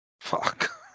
Fuck